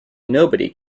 nobody